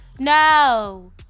No